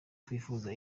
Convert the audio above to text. twifuza